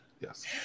Yes